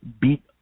beat